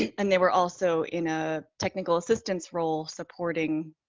and they were also in a technical assistance role supporting